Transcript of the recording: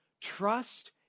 trust